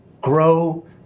grow